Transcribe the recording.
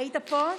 היית פה?